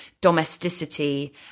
domesticity